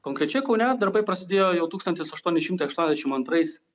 konkrečiai kaune darbai prasidėjo jau tūkstantis aštuoni šimtai aštuoniasdešim antrais